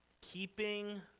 Keeping